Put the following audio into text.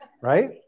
right